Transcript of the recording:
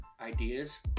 ideas